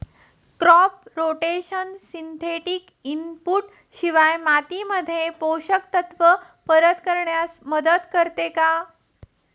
Crop rotation synthetic input शिवाय मातीमध्ये पोषक तत्त्व परत करण्यास मदत करते का?